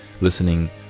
listening